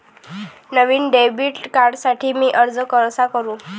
नवीन debit कार्डसाठी मी अर्ज कसा करू?